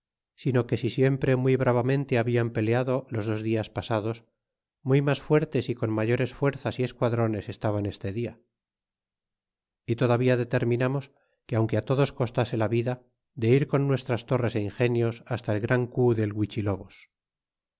sino que si siempre muy bravamente habían peleado los dos dias pasados muy mas fuertes y con mayores fuerzas y esquadrones estaban este dia y todavía determinamos que aunque á todos costase la vida de ir con nuestras torres é ingenios hasta el gran cu del